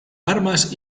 armas